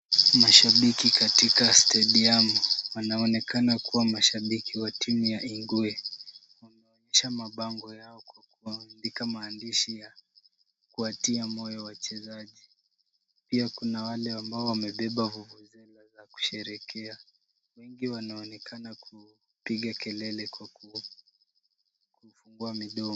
Mashabiki katika stadium wanaonekana kuwa mashabiki wa timu ya Ingwe. Wameonyesha mabango yao kwa kuandika maandishi ya kuwatia moyo wachezaji. Pia kuna wale ambao wamebeba vuvuzela za kusherekea. Wengi wanaonekana kupiga kelele kwa kufungua midomo.